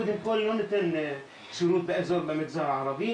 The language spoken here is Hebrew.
קודם כל אני לא נותן שירות באזור במגזר הערבי,